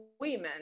women